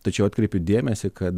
tačiau atkreipiu dėmesį kad